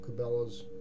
Cabela's